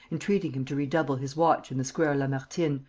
entreating him to redouble his watch in the square lamartine,